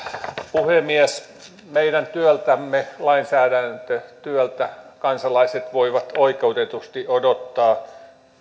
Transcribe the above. puhemies meidän työltämme lainsäädäntötyöltä kansalaiset voivat oikeutetusti odottaa